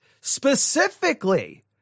specifically